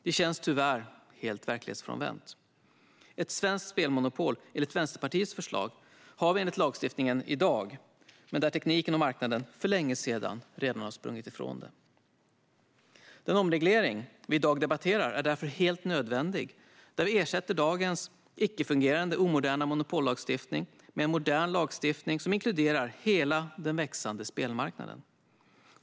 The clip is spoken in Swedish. Det känns tyvärr helt verklighetsfrånvänt. Ett svenskt spelmonopol enligt Vänsterpartiets förslag har vi enligt lagstiftningen i dag, men tekniken och marknaden har redan för länge sedan sprungit ifrån det. Den omreglering vi i dag debatterar är därför helt nödvändig. Vi ersätter dagens icke fungerande, omoderna monopollagstiftning med en modern lagstiftning som inkluderar hela den växande spelmarknaden.